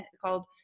called